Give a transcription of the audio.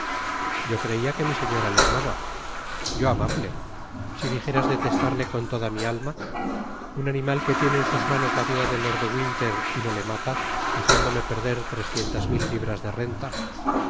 yo creia que mi señora le amaba yo amarle si dijeras detestarle con toda mi alma un animal que tie ne en sus manos la vida de lord de winter y no le mata haciéndome perder trescientas mil libras de renta